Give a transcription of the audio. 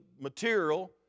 material